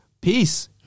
Peace